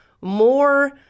more